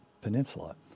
Peninsula